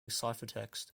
ciphertext